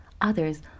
Others